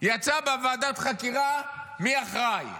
יצא בוועדת חקירה מי אחראי,